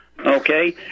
Okay